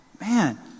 Man